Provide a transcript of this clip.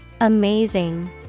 Amazing